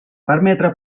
permetre